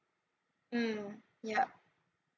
mm ya